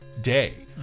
Day